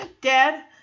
Dad